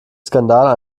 skandal